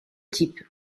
type